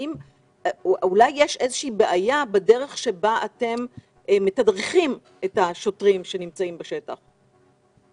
אולי יש איזו בעיה בדרך שבה אתם מתדרכים את השוטרים שנמצאים בשטח.